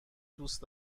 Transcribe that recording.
دوست